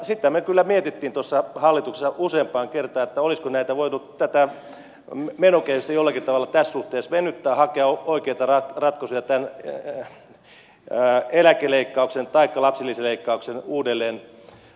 sitä me kyllä mietimme hallituksessa useampaan kertaan olisiko voitu tätä menokehystä jollakin tavalla tässä suhteessa venyttää hakea oikeita ratkaisuja tämän eläkeleikkauksen taikka lapsilisäleikkauksen uudelleenarvioimiseksi